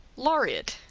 laureate,